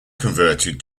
converted